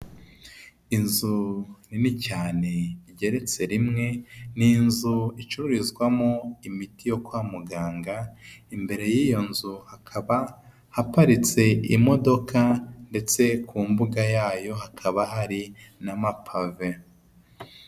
Inzu nini cyane igereretse rimwe, ni inzu icururizwamo imiti yo kwa muganga, imbere y'iyo nzu hakaba haparitse imodoka, ndetse ku mbuga yayo hakaba hari n'amapave.